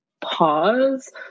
pause